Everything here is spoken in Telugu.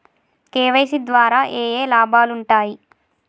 కే.వై.సీ ద్వారా ఏఏ లాభాలు ఉంటాయి?